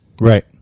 Right